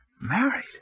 Married